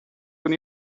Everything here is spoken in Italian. con